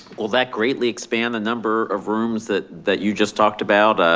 will that greatly expand the number of rooms that that you just talked about?